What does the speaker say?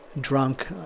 Drunk